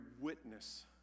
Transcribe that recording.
witness